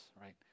right